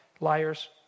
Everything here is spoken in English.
Liars